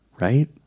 Right